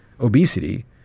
obesity